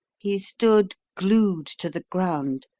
he stood glued to the ground,